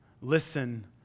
Listen